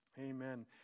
Amen